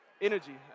energy